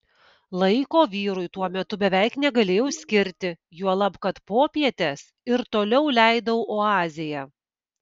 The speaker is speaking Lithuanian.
laiko vyrui tuo metu beveik negalėjau skirti juolab kad popietes ir toliau leidau oazėje